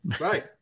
right